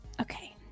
Okay